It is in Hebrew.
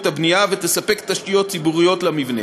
הבנייה ותספק תשתיות ציבוריות למבנה.